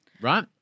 right